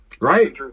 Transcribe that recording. Right